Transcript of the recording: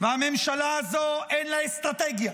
הממשלה הזו אין לה אסטרטגיה,